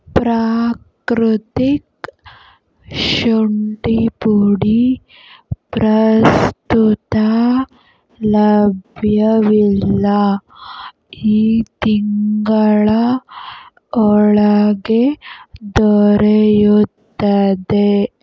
ಪ್ರಾಕೃತಿಕ್ ಶುಂಠಿ ಪುಡಿ ಪ್ರಸ್ತುತ ಲಭ್ಯವಿಲ್ಲ ಈ ತಿಂಗಳ ಒಳಗೆ ದೊರೆಯುತ್ತದೆ